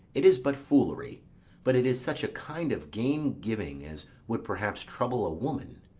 it is but foolery but it is such a kind of gain-giving as would perhaps trouble a woman.